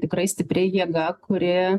tikrai stipri jėga kuri